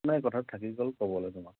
নাই কথাটো থাকি গ'ল ক'বলৈ তোমাক